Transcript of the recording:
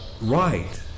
right